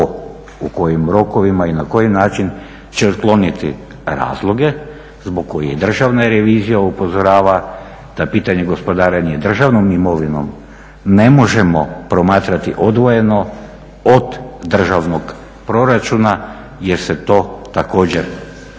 u kojim rokovima i na koji način će otkloniti razloge zbog kojih Državna revizija upozorava da pitanje gospodarenja državnom imovinom ne možemo promatrati odvojeno od državnog proračuna jer se to također